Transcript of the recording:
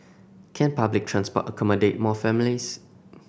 can public transport accommodate more families